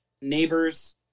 neighbors